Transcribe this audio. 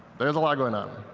there is a lot going on.